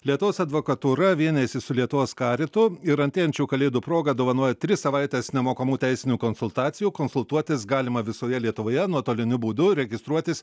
lietuvos advokatūra vienijasi su lietuvos karitu ir antėjančių kalėdų proga dovanoja tris savaites nemokamų teisinių konsultacijų konsultuotis galima visoje lietuvoje nuotoliniu būdu registruotis